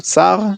אוצר,